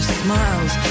smiles